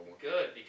Good